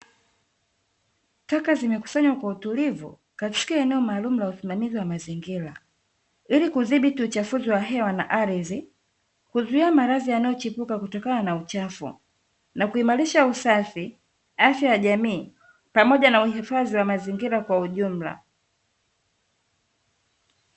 Taka zimekusanywa kwa utulivu katika eneo maalumu la usimazi wa mazingira ilikuzibiti uchafuzi wa hewa na ardhi, kuzuia maradhi yanayochipuka kutokana na uchafu, na kuimarisha usafi, afya ya jamii pamoja na uhifadhi wa mazingira kwa ujumla.